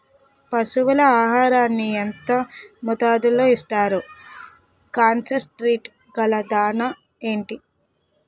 పశువుల ఆహారాన్ని యెంత మోతాదులో ఇస్తారు? కాన్సన్ ట్రీట్ గల దాణ ఏంటి?